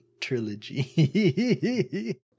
trilogy